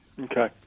Okay